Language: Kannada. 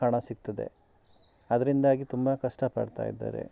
ಹಣ ಸಿಗ್ತದೆ ಅದರಿಂದಾಗಿ ತುಂಬ ಕಷ್ಟಪಡ್ತಾಯಿದ್ದಾರೆ